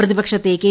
പ്രതിപക്ഷത്തെ കെ